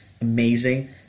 Amazing